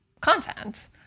content